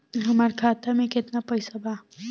हमार खाता मे केतना पैसा बा?